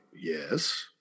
Yes